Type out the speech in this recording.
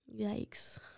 Yikes